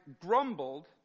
grumbled